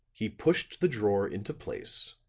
he pushed the drawer into place,